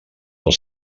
del